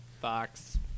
Fox